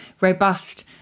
robust